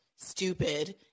stupid